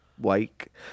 Wake